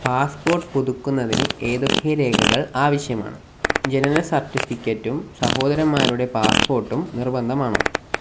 passport പുതുക്കുന്നതിന് ഏതൊക്കെ രേഖകൾ ആവശ്യമാണ് ജനന സർട്ടിഫിക്കറ്റും സഹോദരന്മാരുടെ പാസ്പോർട്ടും നിർബന്ധമാണോ